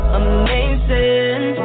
amazing